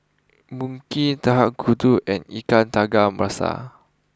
Mui Kee and Ikan Tiga Rasa